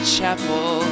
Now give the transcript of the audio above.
Chapel